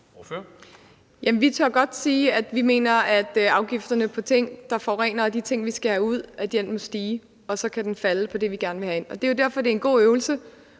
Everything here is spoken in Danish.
Jamen vi tør godt sige, at vi mener, at afgifterne på ting, der forurener, og de ting, vi skal have ud, må stige, og så kan de falde på det, vi gerne vil have ind. Det er jo derfor, det er en god øvelse